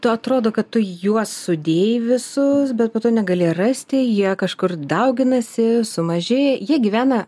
tu atrodo kad tu juos sudėjai visus bet po to negali rasti jie kažkur dauginasi sumažėja jie gyvena